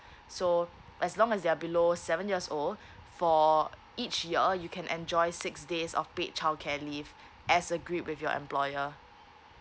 so as long as they're below seven years old for each year you can enjoy is six days of paid childcare leave as agreed with your employer